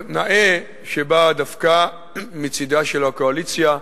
נאה שבאה דווקא מצדה של הקואליציה,